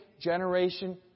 generation